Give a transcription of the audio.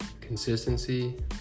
Consistency